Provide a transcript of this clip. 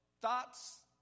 thoughts